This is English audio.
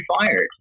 fired